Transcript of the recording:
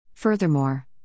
Furthermore